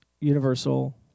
Universal